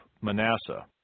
Manasseh